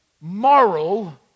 moral